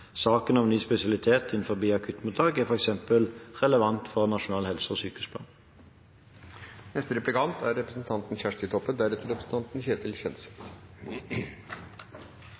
Saken om ny spesialitet i akuttmottak er f.eks. relevant for nasjonal helse- og sykehusplan.